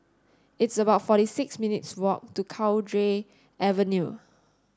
it's about forty six minutes' walk to Cowdray Avenue